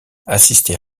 assistait